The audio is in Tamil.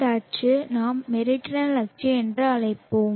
இந்த அச்சு நாம் மெரிடனல் அச்சு என்று அழைப்போம்